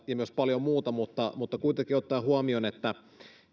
ja myös paljon muuta mutta mutta kuitenkin ottaen huomioon